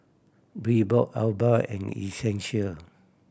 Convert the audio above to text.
Reebok Alba and Essential